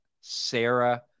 Sarah